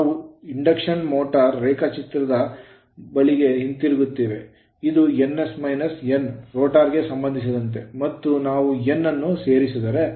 ನಾವು induction motor ನ ರೇಖಾಚಿತ್ರದ ಬಳಿಗೆ ಹಿಂತಿರುಗುತ್ತೇವೆ ಇದು ns - n ರೋಟರ್ ಗೆ ಸಂಬಂಧಿಸಿದಂತೆ ಮತ್ತು ನಾವು n ಅನ್ನು ಸೇರಿಸಿದರೆ